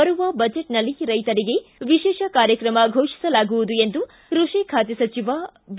ಬರುವ ಬಜೆಟ್ನಲ್ಲಿ ರೈತರಿಗೆ ವಿಶೇಷ ಕಾರ್ಯಕ್ರಮ ಘೋಷಿಸಲಾಗುವುದು ಎಂದು ಕೈಷಿ ಖಾತೆ ಸಚಿವ ಬಿ